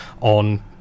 on